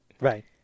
Right